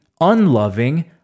unloving